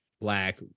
Black